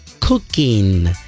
cooking